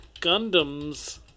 Gundams